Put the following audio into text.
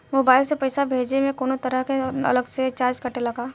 Mobile से पैसा भेजे मे कौनों तरह के अलग से चार्ज कटेला का?